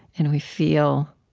and we feel